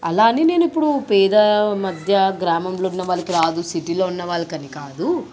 అలా అని నేనిప్పుడు పేద మధ్య గ్రామంలో ఉన్న వాళ్లకి రాదు సిటీలో ఉన్న వాళ్ళకని కాదు